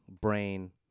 brain